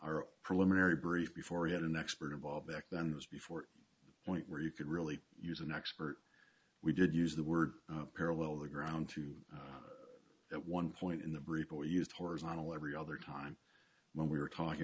brief before we had an expert involved back then was before point where you could really use an expert we did use the word parallel the ground to at one point in the brief or used horizontal every other time when we were talking